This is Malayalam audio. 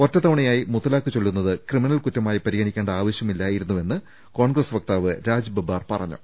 ഒറ്റത്തവണയായി മുത്തലാഖ് ചൊല്ലുന്നത് ക്രിമനൽ കുറ്റമായി പരിഗണിക്കേണ്ട ആവശൃമില്ലായിരുന്നു വെന്ന് കോൺഗ്രസ് വക്താവ് രാജ് ബബ്ബാർ പറഞ്ഞു